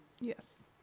yes